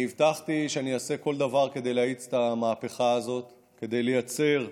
אני הבטחתי שאני אעשה כל דבר כדי להאיץ את המהפכה הזאת כדי לייצר קדמה,